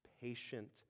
patient